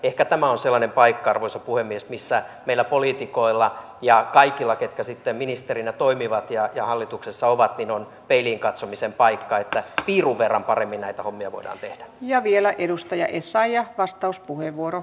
ehkä tämä on sellainen paikka arvoisa puhemies missä meillä poliitikoilla ja kaikilla ketkä sitten ministerinä toimivat ja hallituksessa ovat on peiliin katsomisen paikka että piirun verran paremmin näitä hommia voidaan tehdä ja vielä edustaja esa ja vastauspuheenvuoro